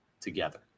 together